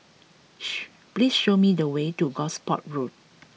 please show me the way to Gosport Road